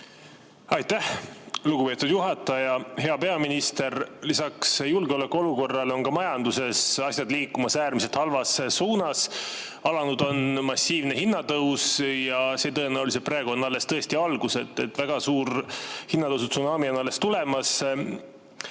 Aitäh, lugupeetud juhataja! Hea peaminister! Lisaks julgeolekuolukorrale on ka majanduses asjad liikumas äärmiselt halvas suunas: alanud on massiivne hinnatõus ja see tõenäoliselt praegu on alles algus. Väga suur hinnatõusutsunami on alles tulemas